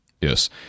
Yes